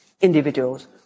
individuals